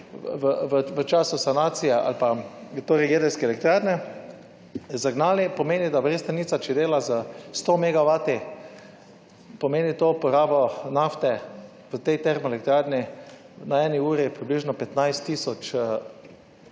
v času sanacije torej jedrske elektrarne zagnali pomeni, da Brestanica, če dela s sto megavati pomeni to porabo nafte v tej termoelektrarni na eni uri približno 15 tisoč